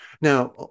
Now